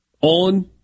on